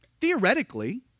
theoretically